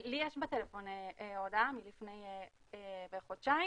לי יש בטלפון הודעה מלפני בערך חודשיים